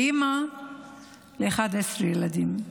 אימא ל-11 ילדים,